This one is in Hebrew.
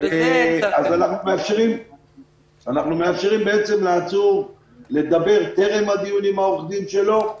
אנחנו מאפשרים לעצוּר לדבר טרם הדיון עם עורך הדין שלו,